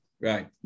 Right